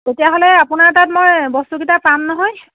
তেতিয়াহ'লে আপোনাৰ তাত মই বস্তুকেইটা পাম নহয়